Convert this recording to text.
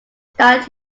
that